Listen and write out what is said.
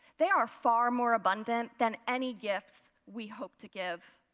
they are far more abundant than any gifts we hope to give.